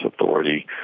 authority